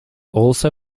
also